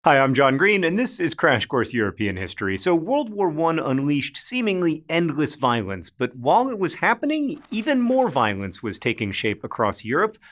hi i'm john green and this is crash course european history. so, world war i unleashed seemingly endless violence. but while it was happening, even more violence was taking shape across europe,